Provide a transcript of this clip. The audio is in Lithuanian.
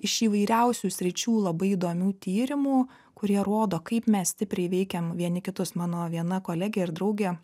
iš įvairiausių sričių labai įdomių tyrimų kurie rodo kaip mes stipriai veikiam vieni kitus mano viena kolegė ir draugė